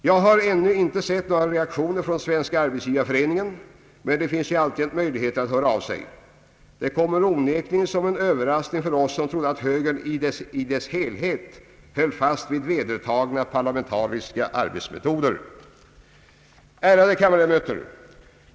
Jag har ännu inte sett några reaktioner från Svenska arbetsgivareföreningen, men det finns ju alltid en möjlighet att den hör av sig. Det kommer onekligen som en överraskning för oss, som trodde att högern i dess helhet hyllade vedertagna parlamentariska principer och arbetsmetoder. Den ursprungliga syndikalismen har som bekant en mycket negativ inställning till parlamentarismen. Ärade kammarledamöter!